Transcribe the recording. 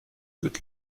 good